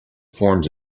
forms